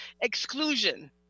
exclusion